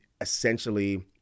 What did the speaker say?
essentially